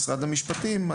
במשרד המשפטים,